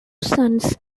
sons